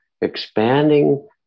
expanding